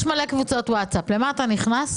יש מלא קבוצות ווטסאפ, למה אתה נכנס?